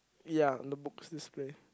ya on the books display